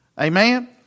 Amen